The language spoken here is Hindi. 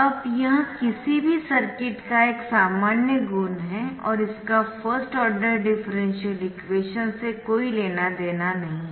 अब यह किसी भी सर्किट का एक सामान्य गुण है और इसका फर्स्ट आर्डर डिफरेंशियल इक्वेशन से कोई लेना देना नहीं है